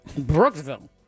Brooksville